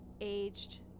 aged